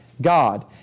God